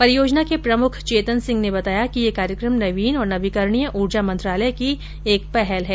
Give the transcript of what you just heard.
परियोजना के प्रमुख चेतन सिंह ने बताया कि यह कार्यक्रम नवीन और नवीकरणीय ऊर्जा मंत्रालय की एक पहल है